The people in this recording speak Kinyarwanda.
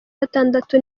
gatandatu